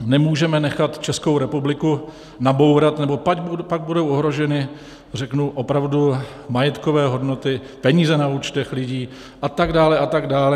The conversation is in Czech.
Nemůžeme nechat Českou republiku nabourat, nebo pak budou ohroženy opravdu majetkové hodnoty, peníze na účtech lidí a tak dále, a tak dále.